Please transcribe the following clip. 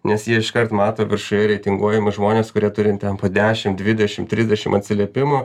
nes jie iškart mato viršuj reitinguojamus žmones kurie turi net po dešim dvidešim trisdešim atsiliepimų